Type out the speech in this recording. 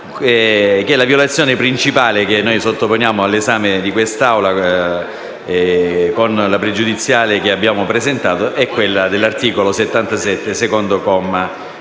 la violazione principale che sottoponiamo all'esame di quest'Assemblea con la questione pregiudiziale che abbiamo presentato è quella dell'articolo 77,